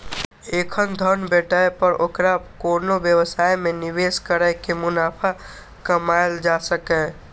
एखन धन भेटै पर ओकरा कोनो व्यवसाय मे निवेश कैर के मुनाफा कमाएल जा सकैए